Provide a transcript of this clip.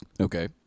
Okay